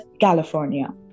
California